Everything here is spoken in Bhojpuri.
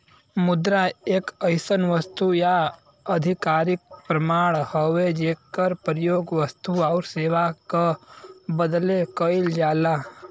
मुद्रा एक अइसन वस्तु या आधिकारिक प्रमाण हउवे जेकर प्रयोग वस्तु आउर सेवा क बदले कइल जाला